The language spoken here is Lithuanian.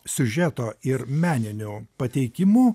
siužeto ir meniniu pateikimu